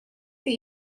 that